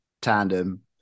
tandem